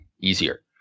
easier